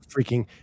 freaking